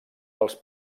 als